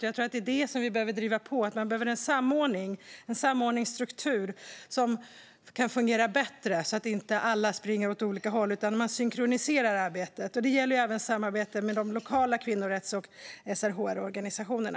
Jag tror att vi behöver driva på att man behöver en samordningsstruktur som kan fungera bättre så att man synkroniserar arbetet och inte springer åt olika håll. Det gäller även samarbetet med de lokala kvinnorätts och SRHR-organisationerna.